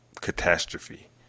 catastrophe